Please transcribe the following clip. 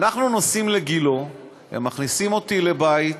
אנחנו נוסעים לגילה, הם מכניסים אותי לבית.